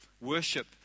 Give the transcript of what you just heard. Worship